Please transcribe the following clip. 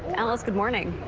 alice, good morning.